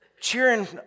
Cheering